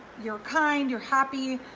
you're kind, you're happy,